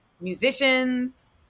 musicians